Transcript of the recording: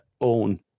own